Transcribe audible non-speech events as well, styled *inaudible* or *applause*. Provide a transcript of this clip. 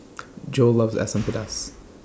*noise* Joel loves *noise* Asam Pedas